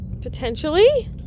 Potentially